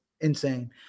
insane